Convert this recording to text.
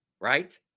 right